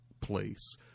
place